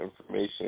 information